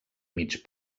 mig